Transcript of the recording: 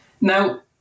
Now